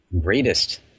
greatest